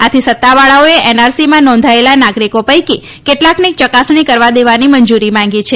આથી સત્તાવાળાઓએ એનઆરસીમાં નોંધાયેલા નાગરિકો પૈકી કેટલાકની ચકાસણી કરવા દેવાની મંજુરી માગી છે